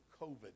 COVID